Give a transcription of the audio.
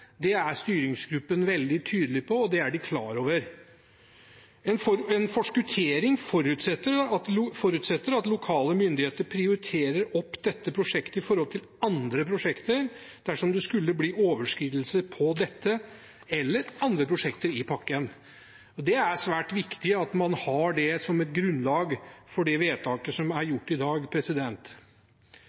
Det er styringsgruppen veldig tydelig på, og det er de klar over. En forskuttering forutsetter at lokale myndigheter prioriterer opp dette prosjektet i forhold til andre prosjekter, dersom det skulle bli overskridelser på dette eller andre prosjekter i pakken. Det er svært viktig at man har det som et grunnlag for det vedtaket som blir gjort. Til slutt vil jeg si at det er en krevende situasjon i